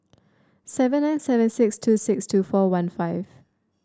seven nine seven six two six two four one five